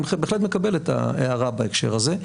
אני בהחלט מקבל את ההערה בהקשר הזה.